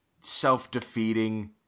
self-defeating